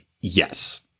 Yes